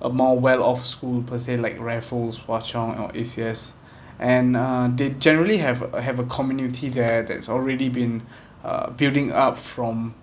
a more well-off school per se like raffles hwa chong or A_C_S and uh they generally have a have a community there that's already been uh building up from